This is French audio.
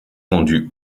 rendu